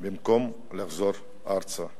במקום לחזור ארצה.